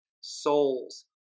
souls